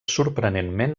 sorprenentment